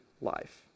life